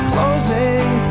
Closing